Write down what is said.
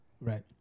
Right